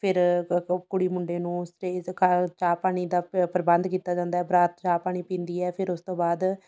ਫਿਰ ਅ ਅ ਕੁੜੀ ਮੁੰਡੇ ਨੂੰ ਸਟੇਜ ਕ ਚਾਹ ਪਾਣੀ ਦਾ ਪ ਪ੍ਰਬੰਧ ਕੀਤਾ ਜਾਂਦਾ ਹੈ ਬਰਾਤ ਚਾਹ ਪਾਣੀ ਪੀਂਦੀ ਹੈ ਫਿਰ ਉਸ ਤੋਂ ਬਾਅਦ